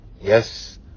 yes